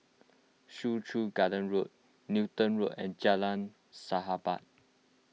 Soo Chow Garden Road Newton Road and Jalan Sahabat